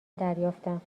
دریافتم